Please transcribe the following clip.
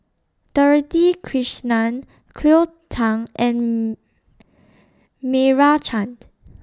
Dorothy Krishnan Cleo Thang and Meira Chand